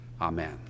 Amen